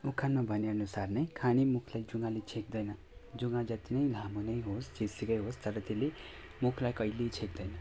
उखानमा भने अनुसार नै खाने मुखलाई जुङ्गाले छेक्दैन जुङ्गा जति नै लामो नै होस् जेसुकै होस् तर त्यसले मुखलाई कहिल्यै छेक्दैन